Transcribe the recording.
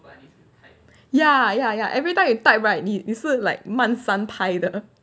ya ya ya everytime you type right 你你是 like 慢三拍的